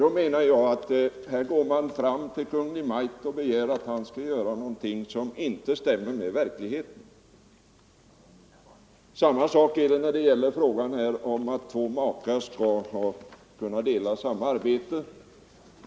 Därför menar jag att vad man begär att Kungl. Maj:t skall göra är någonting som inte svarar mot verkligheten. Detsamma gäller frågan att två makar skall kunna dela en befattning.